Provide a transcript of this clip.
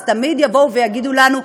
תמיד יגידו לנו: